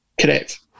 correct